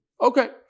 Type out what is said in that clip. Okay